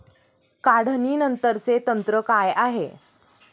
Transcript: काढणीनंतरचे तंत्र काय आहे?